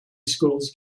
schools